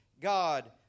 God